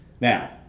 Now